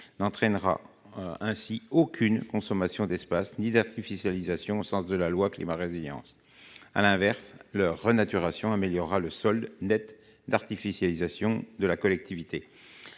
n'entraînera aucune consommation d'espace ni d'artificialisation au sens de la loi Climat et résilience. À l'inverse, leur renaturation améliorerait le solde net d'artificialisation de la collectivité.